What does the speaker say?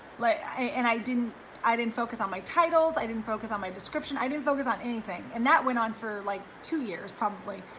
like and i didn't i didn't focus on my titles, i didn't focus on my description, i didn't focus on anything. and that went on for like two years, probably.